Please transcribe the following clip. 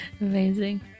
Amazing